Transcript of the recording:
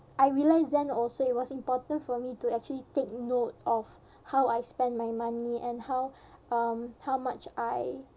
I realised then also it was important for me to actually take note of how I spent my money and how um how much I